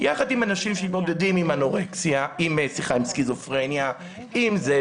יחד עם אנשים שמתמודדים עם סכיזופרניה ומצבים אחרים?